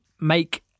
make